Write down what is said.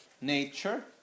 nature